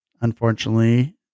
Unfortunately